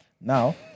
Now